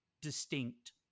distinct